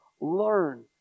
learn